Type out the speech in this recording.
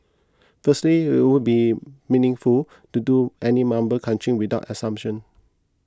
firstly it would be meaningful to do any member crunching without assumption